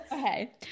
Okay